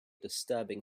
disturbing